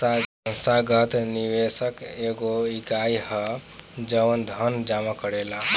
संस्थागत निवेशक एगो इकाई ह जवन धन जामा करेला